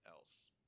else